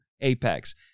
Apex